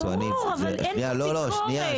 ברור, אבל אין פה ביקורת.